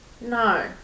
No